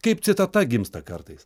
kaip citata gimsta kartais